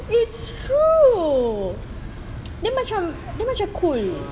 it's true dia macam dia macam cool